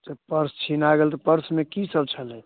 तऽ पर्स छिना गेल तऽ पर्समे की सब छलै